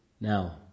Now